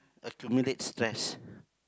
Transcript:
accumulate stress